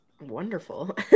wonderful